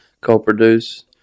co-produce